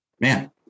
man